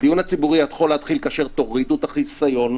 הדיון הציבורי יוכל להתקיים כאשר תורידו את החיסיון,